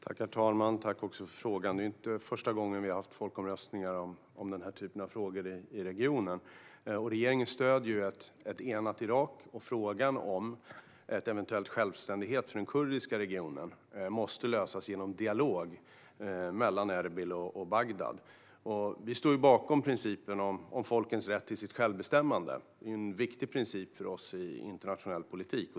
Herr talman! Tack för frågan! Det är inte första gången det har varit folkomröstningar om den typen av frågor i regionen. Regeringen stöder ett enat Irak. Frågan om en eventuell självständighet för den kurdiska regionen måste lösas genom dialog mellan Erbil och Bagdad. Vi står bakom principen om folkens rätt till självbestämmande. Det är en viktig och grundläggande princip för oss i internationell politik.